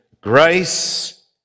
grace